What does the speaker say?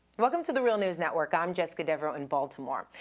welcome to the real news network. i'm jessica desvarieux in baltimore.